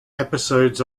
episodes